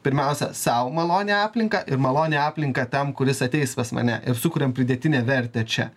pirmiausia sau malonią aplinką ir malonią aplinką tam kuris ateis pas mane ir sukuriam pridėtinę vertę čia